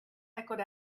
echoed